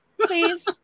please